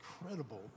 incredible